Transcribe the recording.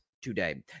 today